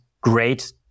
great